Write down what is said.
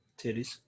Titties